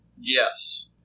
Yes